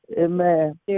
Amen